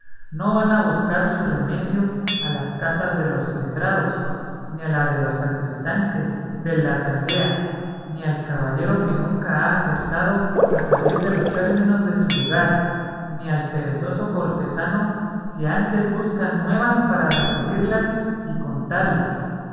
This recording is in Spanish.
no van a buscar su remedio a las casas de los letrados ni a la de los sacristanes de las aldeas ni al caballero que nunca ha acertado a salir de los términos de su lugar ni al perezoso cortesano que antes busca nuevas para referirlas y contarlas